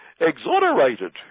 exonerated